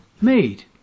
made